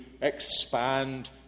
expand